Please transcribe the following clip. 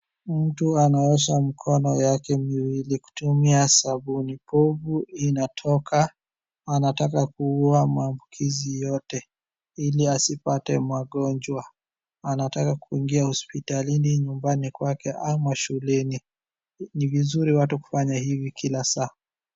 Mtu anaosha mikono yake miwili kutumia sabuni, povu inatoka. Anataka kuua maambukizi yote ili asipate magonjwa. Anataka kuingia hospitalini, nyumbani kwake ama shuleni. Ni vizuri watu kufanya hivi kila saa.